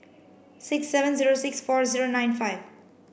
six seven zero six four zero nine five